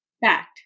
Fact